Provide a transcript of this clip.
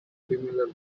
similar